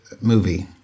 movie